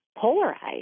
polarized